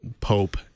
Pope